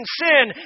sin